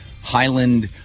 Highland